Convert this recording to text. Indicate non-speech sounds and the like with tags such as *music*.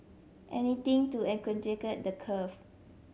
anything to *unintelligible* the curve